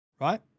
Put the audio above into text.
right